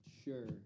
Sure